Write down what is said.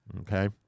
Okay